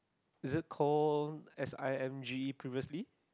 is called s_i_m-G previously